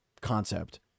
concept